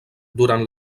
durant